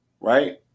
right